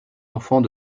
enfants